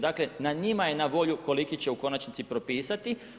Dakle, na njima je na volju koliki će u konačnici propisati.